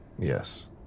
Yes